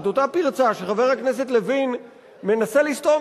אותה פרצה שחבר הכנסת לוין מנסה לסתום,